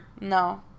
No